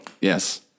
Yes